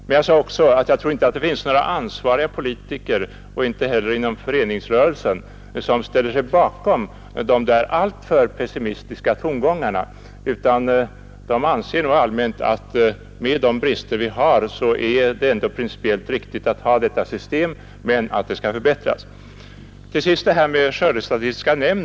Men jag sade också att jag inte tror att det finns några ansvariga politiker — inte heller inom föreningsrörelsen — som ansluter sig till de alltför pessimistiska tongångarna. De anser nog allmänt att det är principiellt riktigt att ha detta system, även om det har brister. Det bör dock förbättras.